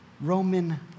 Roman